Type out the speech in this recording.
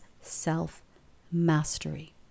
self-mastery